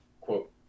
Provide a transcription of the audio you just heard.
quote